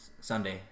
Sunday